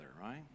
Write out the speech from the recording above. right